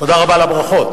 תודה רבה על הברכות.